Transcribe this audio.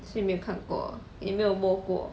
所以没有看过也没有摸过